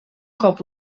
cop